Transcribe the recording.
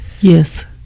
Yes